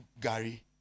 Gary